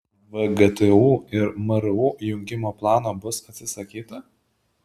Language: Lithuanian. vgtu ir mru jungimo plano bus atsisakyta